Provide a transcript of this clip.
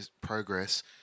progress